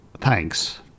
Thanks